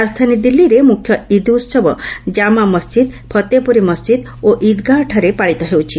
ରାଜଧାନୀ ଦିଲ୍ଲୀରେ ମୁଖ୍ୟ ଇଦ୍ ଉହବ କାମା ମସ୍ଜିଦ୍ ଫତେହପୁରୀ ମସ୍ଜିଦ୍ ଓ ଇଦ୍ଗାହଠାରେ ପାଳିତ ହେଉଛି